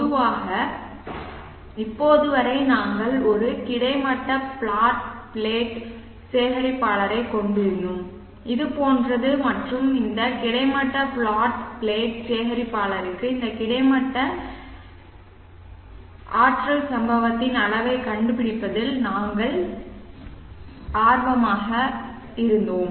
பொதுவாக இப்போது வரை நாங்கள் ஒரு கிடைமட்ட பிளாட் பிளேட் சேகரிப்பாளரைக் கொண்டிருந்தோம் இது போன்றது மற்றும் இந்த கிடைமட்ட பிளாட் பிளேட் சேகரிப்பாளருக்கு இந்த கிடைமட்ட பிளாட் பிளேட் சேகரிப்பாளரின் தினசரி ஆற்றல் சம்பவத்தின் அளவைக் கண்டுபிடிப்பதில் நாங்கள் ஆர்வமாக இருந்தோம்